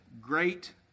great